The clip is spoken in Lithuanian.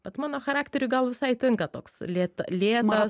bet mano charakteriui gal visai tinka toks lėt lėtas